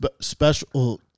Special